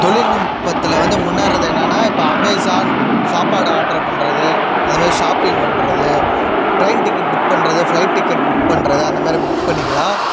தொழில்நுட்பத்தில் வந்து முன்னேறுவது என்னென்னா இப்போ அமேசான் சாப்பாடு ஆட்ரு பண்ணுறது அது மாதிரி ஷாப்பிங் பண்ணுறது ட்ரெயின் டிக்கெட் புக் பண்ணுறது ஃப்ளைட் டிக்கெட் புக் பண்ணுறது அந்த மாதிரி புக் பண்ணிக்கலாம்